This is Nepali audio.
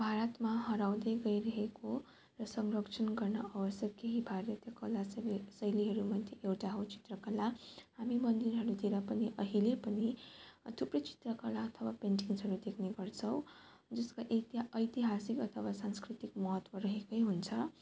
भारतमा हराउँदै गइरहेको र संरक्षण गर्न आवश्यक केही भारतीय कला शैली शैलीहरू मध्ये एउटा हो चित्रकला हामी मन्दिरहरूतिर पनि अहिले पनि थुप्रै चित्रकला अथवा पेन्टिङ्सहरू देख्ने गर्छौँ जसको ऐति ऐतिहासिक अथवा सांस्कृतिक महत्त्व रहेको हुन्छ